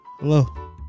Hello